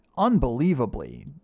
Unbelievably